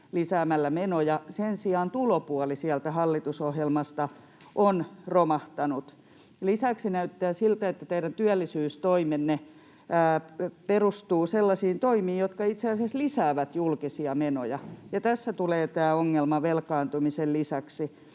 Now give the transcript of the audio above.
lisäämällä menoja. Sen sijaan tulopuoli sieltä hallitusohjelmasta on romahtanut. Lisäksi näyttää siltä, että teidän työllisyystoimenne perustuvat sellaisiin toimiin, jotka itse asiassa lisäävät julkisia menoja, ja tässä tulee tämä ongelma velkaantumisen lisäksi.